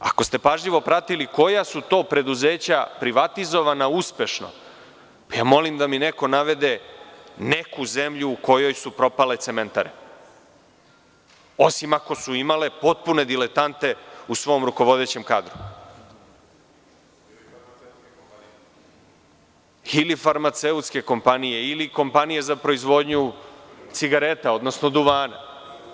Ako ste pažljivo pratili koja su to preduzeća privatizovana uspešno, molim da mi neko navede neku zemlju u kojoj su propale cementare, osim ako su imale potpune diletante u svom rukovodećem kadru… (Aleksandar Martinović, s mesta: Farmaceutske kompanije.) …ili farmaceutske kompanije ili kompanije za proizvodnju cigareta, odnosno duvana.